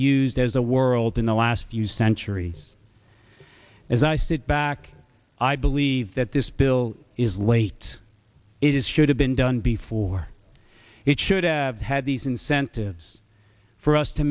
used as a world in the last few centuries as i sit back i believe that this bill is late it is should have been done before it should have had these incentives for us to